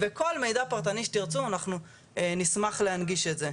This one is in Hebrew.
וכל מידע פרטני אנחנו נשמח להנגיש את זה.